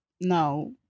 No